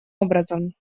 образом